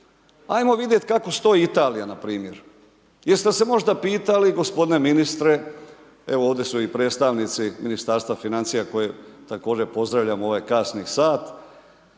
Ajmo vidjeti kako stoji Italija na primjer. Jeste se možda pitali gospodine ministre, evo ovdje su i predstavnici Ministarstva financija, koje također pozdravljam u ovaj kasni sat.